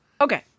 Okay